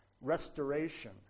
restoration